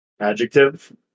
Adjective